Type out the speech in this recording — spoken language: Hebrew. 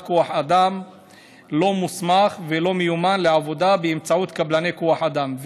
כוח אדם לא מוסמך ולא מיומן לעבודה באמצעות קבלני כוח אדם,